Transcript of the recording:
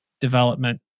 development